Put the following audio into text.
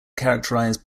characterized